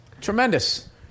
Tremendous